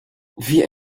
wie